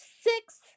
Six